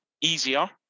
easier